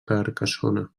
carcassona